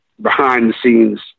behind-the-scenes